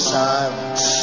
silence